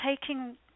taking